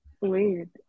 Weird